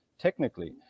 technically